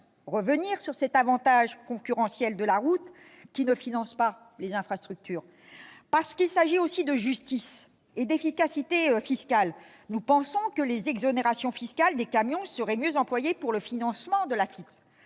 revenir sur cet avantage concurrentiel de la route, qui ne finance pas les infrastructures. Parce qu'il s'agit aussi de justice et d'efficacité fiscales, nous pensons que les exonérations fiscales des camions seraient mieux employées pour le financement de l'Afitf,